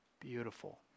Beautiful